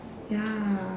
ya